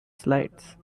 slides